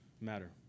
matter